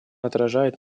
отражает